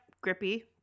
grippy